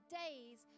days